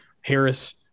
Harris